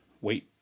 wait